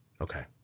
Okay